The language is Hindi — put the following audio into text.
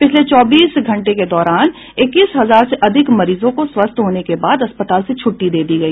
पिछले चौबीस घंटे के दौरान इक्कीस हजार से अधिक मरीजों को स्वस्थ होने के बाद अस्पताल से छुट्टी दे दी गई